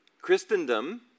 Christendom